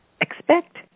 expect